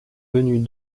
venus